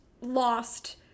lost